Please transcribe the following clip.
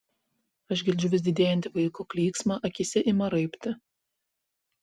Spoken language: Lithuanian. aš girdžiu vis didėjantį vaiko klyksmą akyse ima raibti